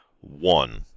One